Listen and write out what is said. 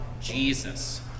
Jesus